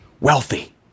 Wealthy